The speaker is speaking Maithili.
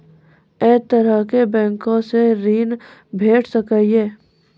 ऐ तरहक बैंकोसऽ ॠण भेट सकै ये?